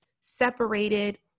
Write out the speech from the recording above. separated